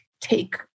take